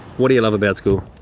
what do you love about school?